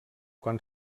quan